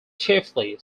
chiefly